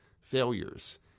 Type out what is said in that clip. failures